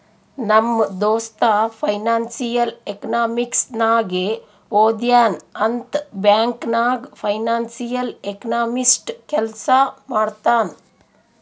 ನಮ್ ದೋಸ್ತ financial economics ನಾಗೆ ಓದ್ಯಾನ್ ಅಂತ್ ಬ್ಯಾಂಕ್ ನಾಗ್ ಫೈನಾನ್ಸಿಯಲ್ ಎಕನಾಮಿಸ್ಟ್ ಕೆಲ್ಸಾ ಮಾಡ್ತಾನ್